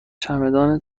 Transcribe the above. چمدان